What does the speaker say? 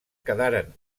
quedaren